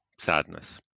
sadness